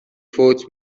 فوت